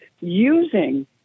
using